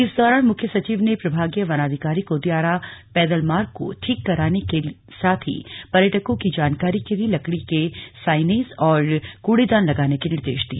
इस दौरान मुख्य सचिव ने प्रभागीय वनाधिकारी को द्यारा पैदल मार्ग को ठीक कराने के साथ ही पर्यटकों की जानकारी के लिए लकड़ी के साइनेज और कूड़ेदान लगाने के निर्देश दिए